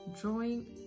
drawing